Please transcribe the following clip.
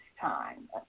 time